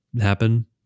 happen